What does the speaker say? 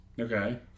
Okay